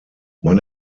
man